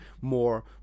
more